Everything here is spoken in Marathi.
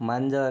मांजर